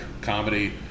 comedy